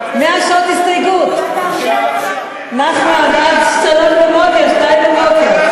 100 שעות הסתייגות, עד 2 בבוקר.